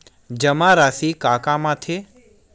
जमा राशि का काम आथे?